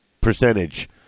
percentage